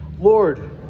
Lord